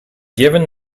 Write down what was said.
given